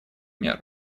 мер